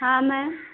हाँ मैम